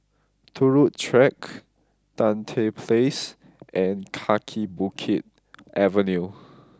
Turut Track Tan Tye Place and Kaki Bukit Avenue